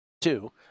Two